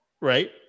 right